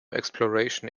exploration